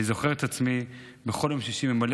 אני זוכר את עצמי בכל יום שישי ממלא